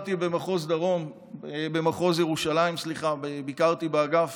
סיירתי במחוז ירושלים, ביקרתי באגף